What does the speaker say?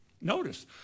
Notice